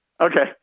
Okay